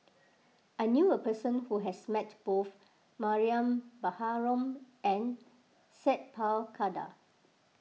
I knew a person who has met both Mariam Baharom and Sat Pal Khattar